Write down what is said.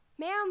Ma'am